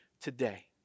today